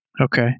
Okay